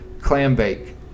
Clambake